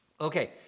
Okay